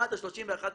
עד ה-31 בדצמבר.